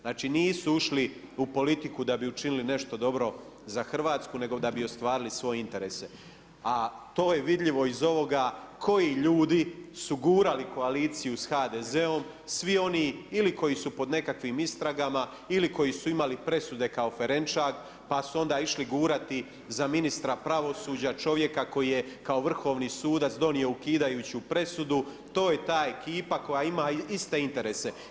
Znači nisu ušli u politiku da bi učinili nešto dobro za Hrvatsku, nego da bi ostvarili svoje interese, a to je vidljivo iz ovoga koji ljudi su gurali koaliciju s HDZ-om, svi oni ili koji su pod nekakvim istragama, ili koji su imali presude kao Ferenčak, pa su onda išli gurati za ministra pravosuđa čovjeka koji je kao vrhovni sudac, donio ukidajući presudu, to je ta ekipa koja ima iste interese.